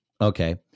Okay